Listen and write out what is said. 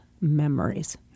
memories